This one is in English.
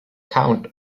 count